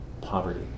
poverty